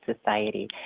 Society